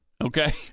Okay